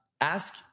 Ask